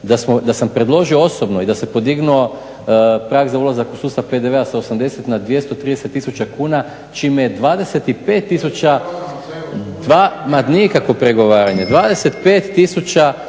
da sam predložio osobno i da sam podignuo prag za ulazak u sustav PDV-a sa 80 na 230 tisuća kuna čime je 25 tisuća,